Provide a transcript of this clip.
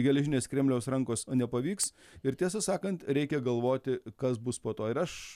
geležinės kremliaus rankos a nepavyks ir tiesą sakant reikia galvoti kas bus po to ir aš